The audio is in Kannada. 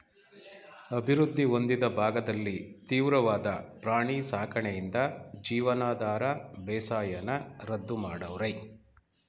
ಅಭಿವೃದ್ಧಿ ಹೊಂದಿದ ಭಾಗದಲ್ಲಿ ತೀವ್ರವಾದ ಪ್ರಾಣಿ ಸಾಕಣೆಯಿಂದ ಜೀವನಾಧಾರ ಬೇಸಾಯನ ರದ್ದು ಮಾಡವ್ರೆ